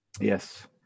Yes